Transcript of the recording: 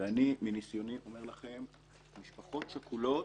מניסיוני, אני אומר לכם, משפחות שכולות,